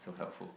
so helpful